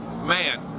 man